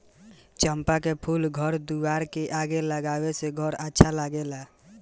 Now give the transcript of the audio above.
चंपा के फूल घर दुआर के आगे लगावे से घर अच्छा लागेला